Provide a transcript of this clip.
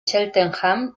cheltenham